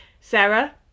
sarah